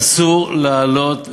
אסור לעלות להר-הבית,